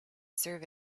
serve